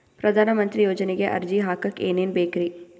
ಪ್ರಧಾನಮಂತ್ರಿ ಯೋಜನೆಗೆ ಅರ್ಜಿ ಹಾಕಕ್ ಏನೇನ್ ಬೇಕ್ರಿ?